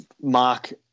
Mark